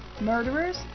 Murderers